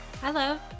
Hello